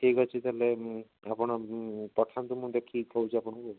ଠିକ ଅଛି ତାହେଲେ ମୁଁ ଆପଣ ପଠାନ୍ତୁ ମୁଁ ଦେଖିକି କହୁଛି ଆପଣଙ୍କୁ